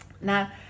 Now